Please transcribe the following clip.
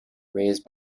raised